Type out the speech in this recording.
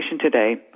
today